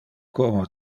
como